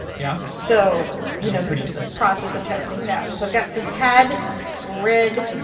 yeah. so you know this is the process of testing it out. so i've got some cad red,